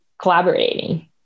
collaborating